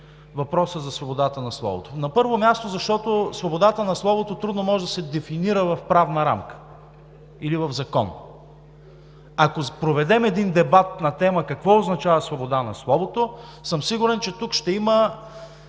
въпросът за свободата на словото? На първо място, защото свободата на словото трудно може да се дефинира в правна рамка или в закон. Ако проведем един дебат на тема „Какво означава „свобода на словото“, съм сигурен, че тук ще има